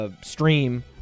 stream